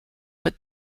but